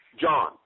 John